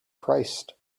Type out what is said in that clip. christ